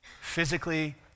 Physically